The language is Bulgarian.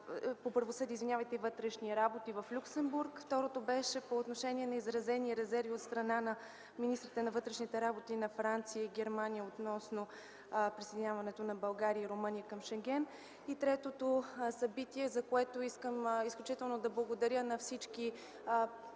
по правосъдие и вътрешни работи в Люксембург; второто бяха изразените резерви от страна на министрите на вътрешните работи на Франция и Германия относно присъединяването на България и Румъния към Шенген, и третото събитие, за което искам изключително да благодаря на всички